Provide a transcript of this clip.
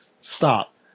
Stop